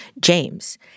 James